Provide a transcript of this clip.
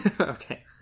okay